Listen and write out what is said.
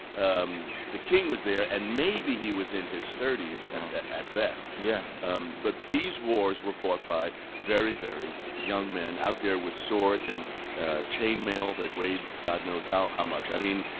um the king was there, and maybe he was in his thirty s and at best yeah um but these wars were fought by very, very young men out there with swords and chain mail that weighed god knows how how much. i mean,